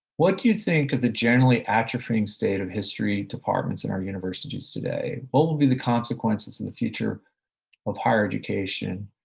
what do you think of the generally atrophying state of history departments in our universities today? what will be the consequences in the future of higher education,